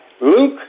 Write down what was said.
Luke